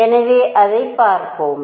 எனவே அதைப் பார்ப்போம்